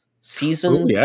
Season